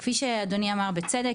כפי שאדוני אמר בצדק,